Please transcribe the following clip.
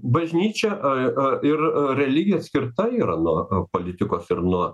bažnyčia a a ir religija atskirta yra nuo politikos ir nuo